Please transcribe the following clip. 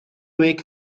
week